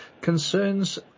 concerns